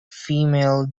female